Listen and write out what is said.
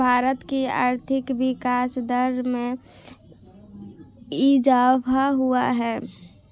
भारत की आर्थिक विकास दर में इजाफ़ा हुआ है